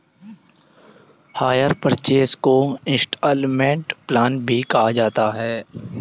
higher purchase को instalment plan भी कहा जाता है